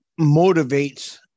motivates